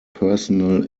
personal